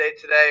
today